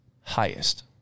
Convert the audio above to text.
highest